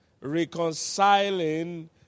reconciling